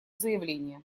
заявление